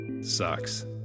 sucks